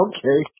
Okay